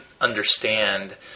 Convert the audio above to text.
understand